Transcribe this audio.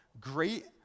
great